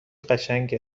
قشنگی